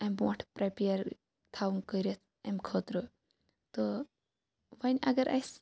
امہِ بونٛٹھ پرٛیپِیر تھاوُن کٔرِتھ امہِ خٲطرٕ تہٕ وۄنۍ اگر اسہِ